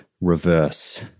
reverse